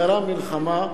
גרם מלחמה,